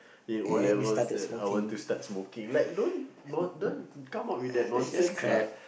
in O-levels that I want to start smoking like don't not don't come up with that nonsense lah